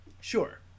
Sure